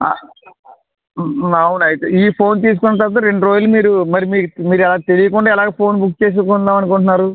ఆ అవును అయితే ఈ ఫోన్ తీసుకున్న తరువాత రెండ్రోజులు మీరు మరి మీరు మీరలా తెలియకుండా ఎలా ఫోన్ బుక్ చేసుకుందాం అనుకుంటున్నారు